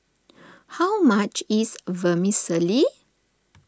how much is Vermicelli